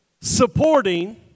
supporting